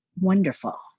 wonderful